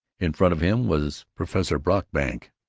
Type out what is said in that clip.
in front of him was professor brockbank,